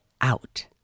out